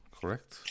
correct